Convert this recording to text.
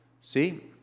See